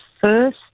first